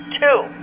two